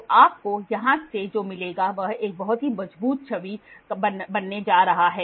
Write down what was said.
तो आपको यहां से जो मिलेगा वह एक बहुत ही मजबूत छवि बनने जा रहा है